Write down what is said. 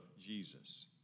Jesus